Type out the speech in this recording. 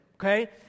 Okay